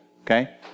Okay